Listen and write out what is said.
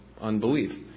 unbelief